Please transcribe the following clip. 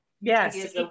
Yes